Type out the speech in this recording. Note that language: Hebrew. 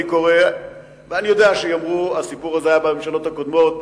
אני יודע שיאמרו שהסיפור הזה היה בממשלות הקודמות.